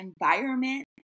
environment